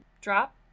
drop